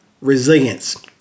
resilience